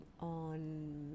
on